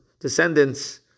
descendants